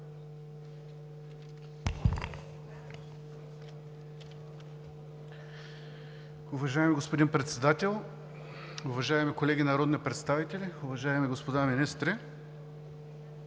Уважаеми господин Председател, уважаеми колеги народни представители, уважаеми господа министри!